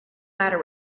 matter